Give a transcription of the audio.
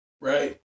right